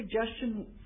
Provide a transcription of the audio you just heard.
suggestion